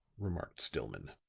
remarked stillman.